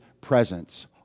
presence